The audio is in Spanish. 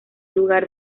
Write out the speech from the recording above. lugar